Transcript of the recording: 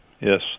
Yes